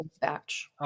batch